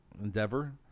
endeavor